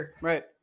Right